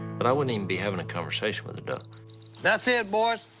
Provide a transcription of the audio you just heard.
but i wouldn't even be having a conversation with a duck. that's it, boys.